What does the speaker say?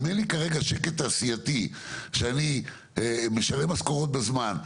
אם אין לי כרגע שקט תעשייתי שאני משלם משכורות בזמן,